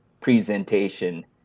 presentation